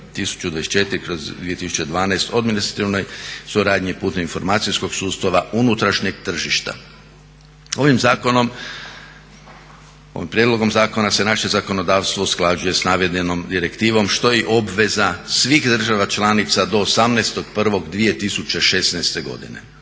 EU br.1024/2012 o administrativnoj suradnji putem informacijskog sustava unutrašnjeg tržišta. Ovim prijedlogom zakona se naše zakonodavstvo usklađuje s navedenom direktivom što je obveza svih država članica do 18.1.2016.godine.